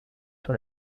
sur